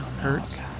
hurts